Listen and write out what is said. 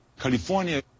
California